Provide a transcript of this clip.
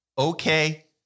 Okay